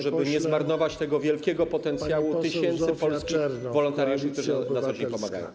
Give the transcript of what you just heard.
żeby nie zmarnować tego wielkiego potencjału tysięcy polskich wolontariuszy, którzy na co dzień pomagają.